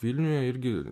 vilniuje irgi